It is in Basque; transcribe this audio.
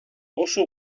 oso